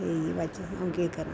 बाच हून केह् करना